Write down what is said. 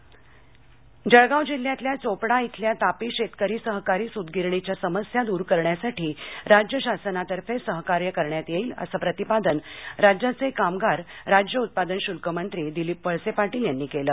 जळगांव जळगाव जिल्ह्यातल्या चोपडा इथल्या तापी शेतकरी सहकारी सुतगिरणीच्या समस्या दूर करण्यासाठी राज्य शासनातर्फे सहकार्य करण्यात येईल असं प्रतिपादन राज्याचे कामगार राज्य उत्पादन शुल्क मंत्री दिलीप वळसे पाटील यांनी केलं